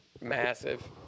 massive